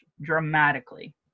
dramatically